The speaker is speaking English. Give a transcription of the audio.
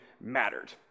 mattered